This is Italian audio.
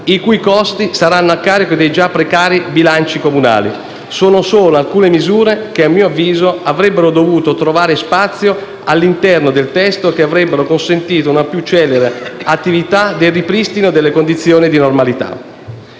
in cui i costi saranno a carico dei già precari bilanci comunali. Sono solo alcune misure che, a mio avviso, avrebbero dovuto trovare spazio all'interno del testo e che avrebbero consentito una più celere attività del ripristino delle condizioni di normalità.